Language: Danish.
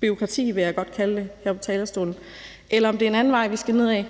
bureaukrati, vil jeg godt kalde det her på talerstolen, eller om det er en anden vej, vi skal ned ad